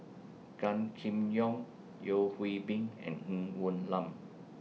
Gan Kim Yong Yeo Hwee Bin and Ng Woon Lam